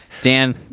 Dan